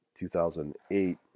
2008